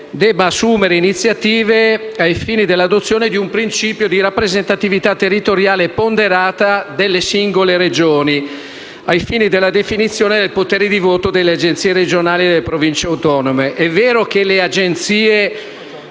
debba assumere iniziative ai fini dell'adozione di un principio di rappresentatività territoriale ponderata dalle singole Regioni, ai fini della definizione del potere di voto delle Agenzie regionali e delle Province autonome. È vero che le Agenzie